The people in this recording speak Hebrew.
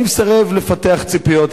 אני מסרב לפתח ציפיות,